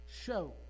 show